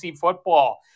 football